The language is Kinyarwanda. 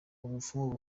umupfumu